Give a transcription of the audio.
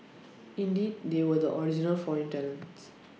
indeed they were the original foreign talents